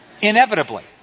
Inevitably